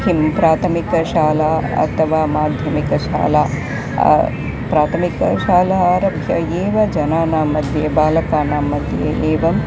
किं प्राथमिकशालायाः अथवा माध्यमिकशालायाः प्राथमिकशालायाः आरभ्य एव जनानाम्मध्ये बालकानाम्मध्ये एवम्